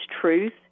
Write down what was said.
truth